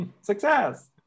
success